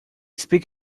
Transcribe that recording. speak